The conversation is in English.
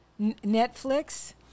Netflix